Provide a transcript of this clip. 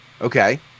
Okay